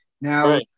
Now